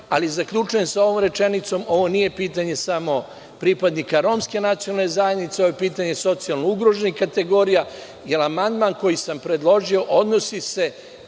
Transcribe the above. ali zaključujem sa ovom rečenicom, ovo nije pitanje samo pripadnika romske nacionalne zajednice, ovo je pitanje socijalno ugroženih kategorija, jer amandman koji sam predložio odnosi se